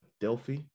delphi